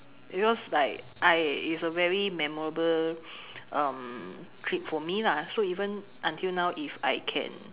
because like I it's a very memorable um trip for me lah so even until now if I can